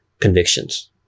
convictions